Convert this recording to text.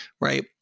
right